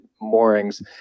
moorings